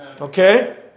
Okay